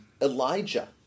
Elijah